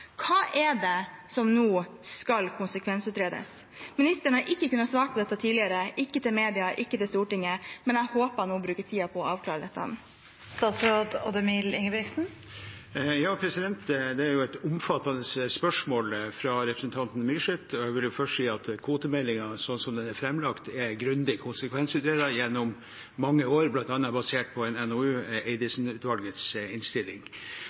Hva er det som nå skal konsekvensutredes? Ministeren har ikke kunnet svare på dette tidligere – ikke til media, ikke til Stortinget. Jeg håper nå å kunne bruke tiden på å avklare dette. Dette var et omfattende spørsmål fra representanten Myrseth. Jeg vil først si at kvotemeldingen, slik den er framlagt, er blitt grundig konsekvensutredet gjennom mange år, bl.a. basert på en NOU, Eidesen-utvalgets innstilling.